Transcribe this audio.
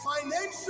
Financial